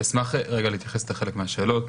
אשמח להתייחס לחלק מהשאלות.